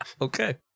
Okay